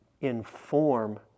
inform